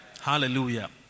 Hallelujah